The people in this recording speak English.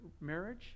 marriage